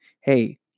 Hey